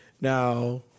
Now